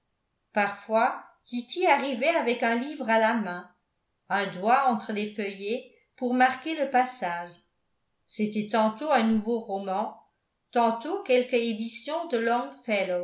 parfois kitty arrivait avec un livre à la main un doigt entre les feuillets pour marquer le passage c'était tantôt un nouveau roman tantôt quelque édition de